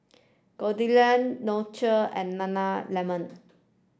Goldlion Nutrisoy and Nana lemon